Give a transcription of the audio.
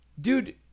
dude